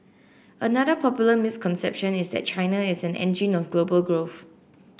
another popular misconception is that China is an engine of global growth